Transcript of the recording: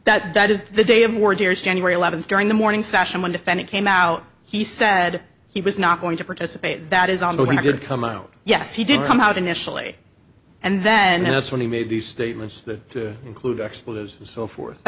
that that is the day of war deers january eleventh during the morning session one defendant came out he said he was not going to participate that is on the he did come out yes he did come out initially and then that's when he made these statements that include expletives and so forth i